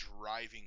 driving